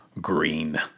Green